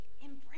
embrace